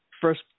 first –